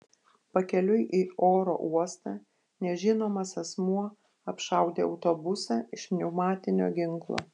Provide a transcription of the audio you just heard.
pakeliui į oro uostą nežinomas asmuo apšaudė autobusą iš pneumatinio ginklo